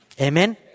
Amen